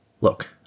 Look